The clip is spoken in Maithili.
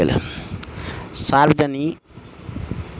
सामग्री निर्यातक लेल जहाज के व्यवस्था कयल गेल